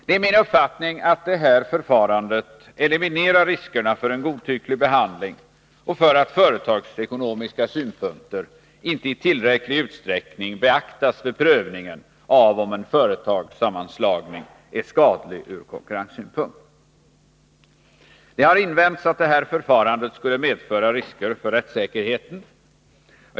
Det är min uppfattning att det här förfarandet eliminerar riskerna för en godtycklig behandling och för att företagsekonomiska synpunkter inte i tillräcklig utsträckning beaktas vid prövningen om en företagssammanslagning är skadlig ur konkurrenssynpunkt. Det har invänts att det här förfarandet skulle medföra risker för rättssäkerheten.